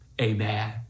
amen